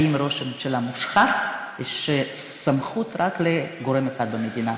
ראש הממשלה מושחת יש סמכות רק לגורם אחד במדינה,